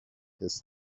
his